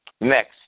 Next